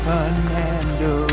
Fernando